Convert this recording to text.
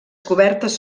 cobertes